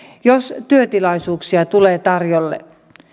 jos työtilaisuuksia tulee tarjolle